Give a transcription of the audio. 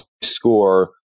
score